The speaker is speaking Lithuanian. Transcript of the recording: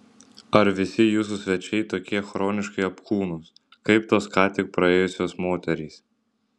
ar visi jūsų svečiai tokie chroniškai apkūnūs kaip tos ką tik praėjusios moterys